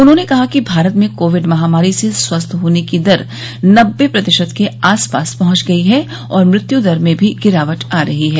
उन्होंने कहा कि भारत में कोविड महामारी से स्वस्थ होने की दर नब्बे प्रतिशत के आस पास पहच गई है और मृत्यू दर में भी गिरावट आ रही है